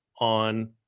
on